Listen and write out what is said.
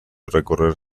recorrer